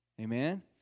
Amen